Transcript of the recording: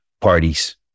parties